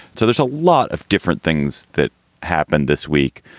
so there's a lot of different things that happened this week,